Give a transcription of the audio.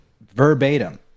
verbatim